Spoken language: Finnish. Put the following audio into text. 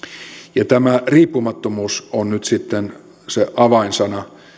turvattu tämä riippumattomuus on nyt sitten se avainsana